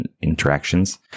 interactions